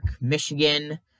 Michigan